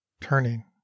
turning